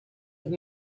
with